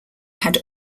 had